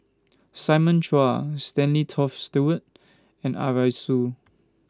Simon Chua Stanley Toft Stewart and Arasu